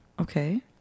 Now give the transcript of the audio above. Okay